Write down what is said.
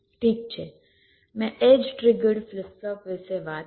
ઠીક છે મેં એડ્જ ટ્રિગર્ડ ફ્લિપ ફ્લોપ વિશે વાત કરી